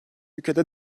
ülkede